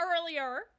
earlier